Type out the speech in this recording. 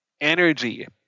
energy